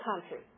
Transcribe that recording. country